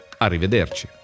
Arrivederci